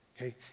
okay